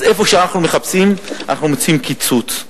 אז איפה שאנחנו מחפשים אנחנו מוצאים קיצוץ.